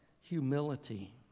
humility